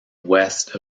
west